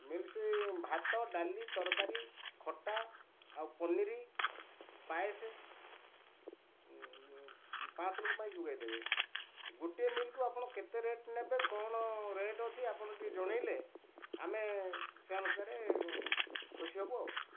meals ଭାତ ଡାଲି ତରକାରୀ ଖଟା ଆଉ ପନୀର ପାଏସ ପାଞ୍ଚଶହ ଲୋକ ପାଇଁ ଯୋଗାଇ ଦେବେ ଗୋଟିଏ ମିଲକୁ ଆପଣ କେତେ ରେଟ ନେବେ କଣ ରେଟ ଅଛି ଆପଣ ଟିକେ ଜଣାଇଲେ ଆମେ ସେ ଅନୁସାରେ ଖୁସି ହେବୁ ଆଉ